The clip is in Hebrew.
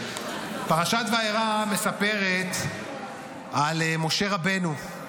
פרשת וירא מספרת על משה רבנו,